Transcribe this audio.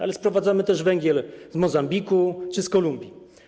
Ale sprowadzamy też węgiel z Mozambiku czy z Kolumbii.